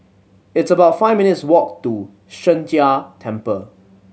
it's about five minutes' walk to Sheng Jia Temple